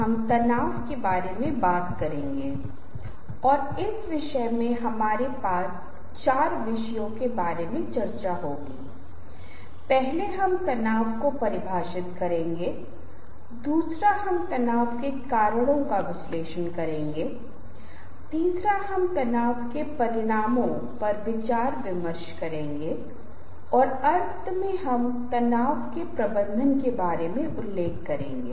हम पाठ्यक्रम के क्या प्रस्तुत करना है और कैसे के दूसरे भाग में जाते हैं और इस बार हम एक निश्चित सीमा तक शरीर की भाषा पर ध्यान केंद्रित करने जा रहे हैं हालाँकि हम इससे और अधिक विस्तृत तरीके से निपटेंगे